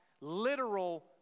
literal